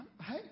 Hey